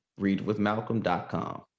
readwithmalcolm.com